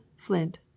flint